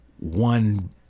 one